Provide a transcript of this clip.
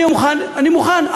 אני מוכן,